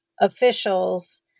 officials